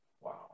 Wow